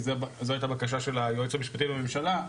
כי זו היתה בקשה של היועץ המשפטי לממשלה,